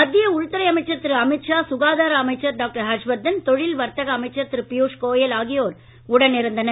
மத்திய உள்துறை அமைச்சர் திரு அமித்ஷா சுகாதார அமைச்சர் டாக்டர் ஹர்ஷவர்தன் தொழில் வர்த்தக அமைச்சர் திரு பியூஷ் கோயல் ஆகியோர் உடனிருந்தனர்